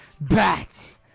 bat